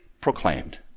proclaimed